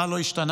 מה לא השתנה?